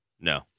No